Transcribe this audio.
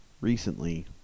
recently